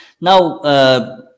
Now